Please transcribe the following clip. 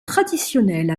traditionnelles